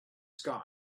sky